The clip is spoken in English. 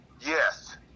yes